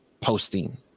posting